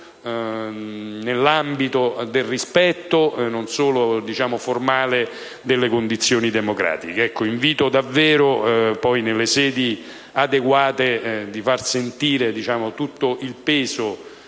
nell'ambito del rispetto, non solo formale, delle condizioni democratiche. Invito poi, nelle sedi adeguate, a far sentire il peso